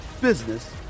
business